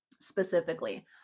specifically